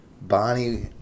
Bonnie